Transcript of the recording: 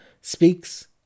speaks